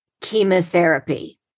chemotherapy